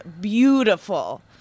beautiful